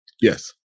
Yes